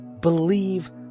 Believe